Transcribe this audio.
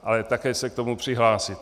Ale také se k tomu přihlásit.